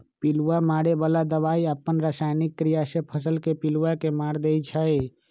पिलुआ मारे बला दवाई अप्पन रसायनिक क्रिया से फसल के पिलुआ के मार देइ छइ